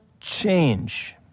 change